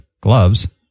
gloves